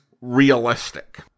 realistic